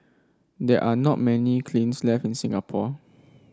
there are not many kilns left in Singapore